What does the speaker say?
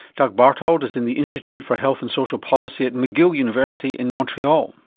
douglas barthold is in the institute for health and social policy at mcgill university in montreal.